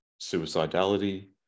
suicidality